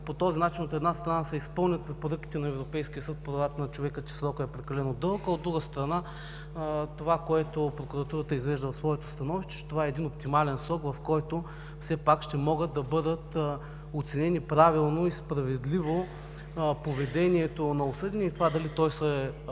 по този начин, от една страна, се изпълнят препоръките на Европейския съд за правата на човека, че срокът е прекалено дълъг, а от друга страна, това, което прокуратурата изрежда в своето становище, че това е един оптимален срок, в който все пак ще може да бъдат оценени правилно и справедливо поведението на осъдения и това дали той се е